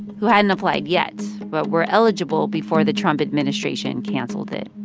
who hadn't applied yet but were eligible before the trump administration canceled it